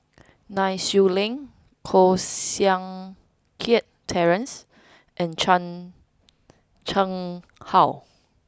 Nai Swee Leng Koh Seng Kiat Terence and Chan Chang How